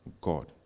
God